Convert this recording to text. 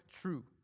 true